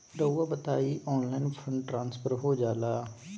रहुआ बताइए online fund transfer हो जाला?